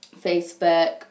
Facebook